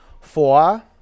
Four